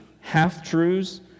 half-truths